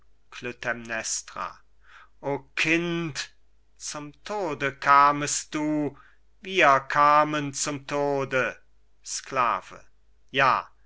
o kind zum tode kamest du wir kamen zum tode sklave ja